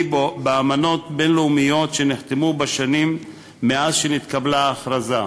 באמנות בין-לאומיות שנחתמו בשנים מאז נתקבלה ההכרזה.